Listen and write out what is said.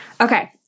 Okay